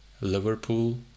Liverpool